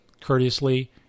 courteously